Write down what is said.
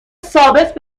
ثابت